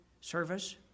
service